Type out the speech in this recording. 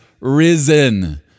risen